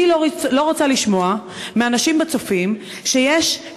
אני לא רוצה לשמוע מאנשים ב"צופים" שיש,